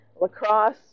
lacrosse